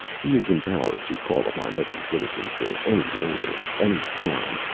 he is empowered to call upon every citizen for any labor, any sum,